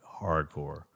hardcore